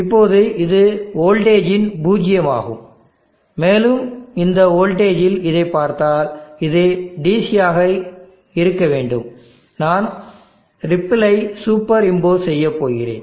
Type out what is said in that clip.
இப்போது இது வோல்டேஜ் இன் பூஜ்ஜியமாகும் மேலும் இந்த வோல்டேஜில் இதைப் பார்த்தால் இது DC ஆக இருக்க வேண்டும் நான் ரிப்பிள்ளை சூப்பர் இம்போஸ் செய்யப்போகிறேன்